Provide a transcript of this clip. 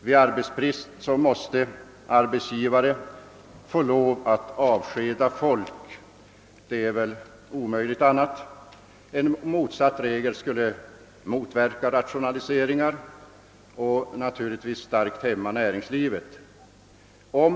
Vid arbetsbrist måste de kunna avskeda folk; en motsatt regel skulle motverka rationaliseringar och naturligtvis starkt hämma näringslivet.